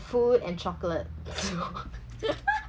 food and chocolate